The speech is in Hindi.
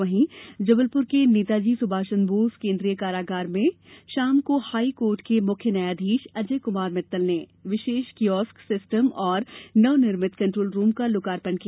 वहीं जबलपुर के नेताजी सुभाष चंद्र बोस केंद्रीय कारागार में शाम को हाई कोर्ट के मुख्य न्यायाधीश अजय कुमार मित्तल ने विशेष किओस्क सिस्टम एवं नवनिर्मित कंट्रोल रूम का लोकार्पण किया